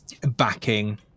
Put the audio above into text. backing